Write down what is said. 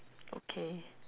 okay